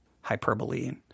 hyperbole